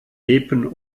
epen